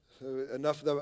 enough